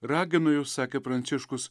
raginu jus sakė pranciškus